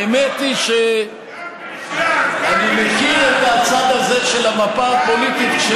האמת היא שאני מכיר את הצד הזה של המפה הפוליטית,